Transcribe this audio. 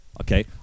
Okay